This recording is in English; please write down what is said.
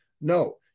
No